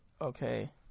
okay